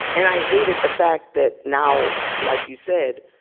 and i hated the fact that now, like you said,